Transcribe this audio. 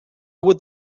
would